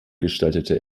gestaltete